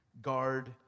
guard